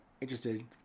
interested